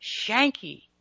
Shanky